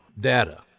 data